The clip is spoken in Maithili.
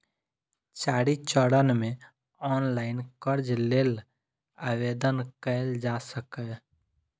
चारि चरण मे ऑनलाइन कर्ज लेल आवेदन कैल जा सकैए